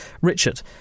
Richard